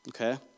Okay